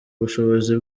bushobozi